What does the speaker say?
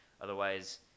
Otherwise